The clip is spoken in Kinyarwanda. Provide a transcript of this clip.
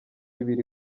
ibiri